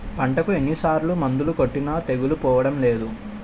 పంటకు ఎన్ని సార్లు మందులు కొట్టినా తెగులు పోవడం లేదు